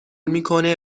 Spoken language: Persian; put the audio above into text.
میکنه